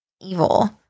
evil